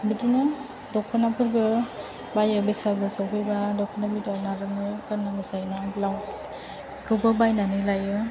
बिदिनो दख'नाफोरबो बायो बैसागु सौफैबा दख'ना बिदन आर'नाइ गाननांगौ जायोब्ला ब्लाउसखौबो बायनानै लायो